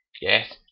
Yes